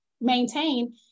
maintain